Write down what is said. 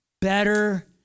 better